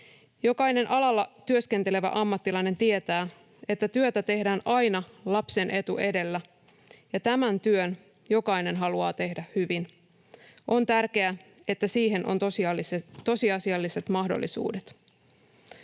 Jokainen alalla työskentelevä ammattilainen tietää, että työtä tehdään aina lapsen etu edellä, ja tämän työn jokainen haluaa tehdä hyvin. On tärkeää, että siihen on tosiasialliset mahdollisuudet.